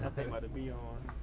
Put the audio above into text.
to be on.